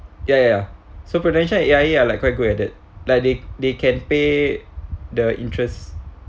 ya ya so prudential and A_I_A ah like quite good at it like they they can pay the interest